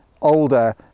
older